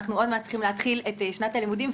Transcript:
אנחנו עוד מעט צריכים להתחיל את שנת הלימודים,